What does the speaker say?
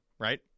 Right